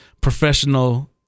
professional